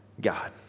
God